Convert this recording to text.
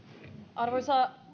arvoisa